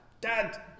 dad